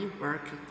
working